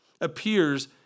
appears